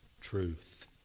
truth